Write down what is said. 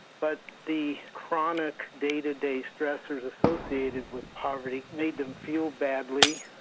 but the chronic day-to-day stressors associated with poverty made them feel badly,